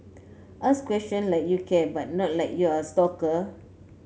ask question like you care but not like you're a stalker